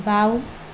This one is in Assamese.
বাওঁ